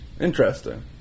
Interesting